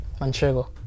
Manchego